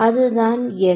அதுதான் 'x'